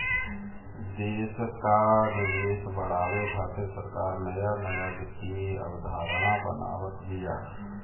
देस कअ निवेश बढ़ावे खातिर सरकार नया नया वित्तीय अवधारणा बनावत बिया